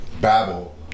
Babel